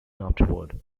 afterward